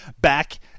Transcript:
back